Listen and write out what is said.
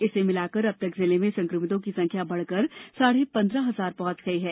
इसे मिलाकर अब तक जिले में संक्रमितों की संख्या बढ़कर साढ़े पन्द्रह हजार पहुंच गई है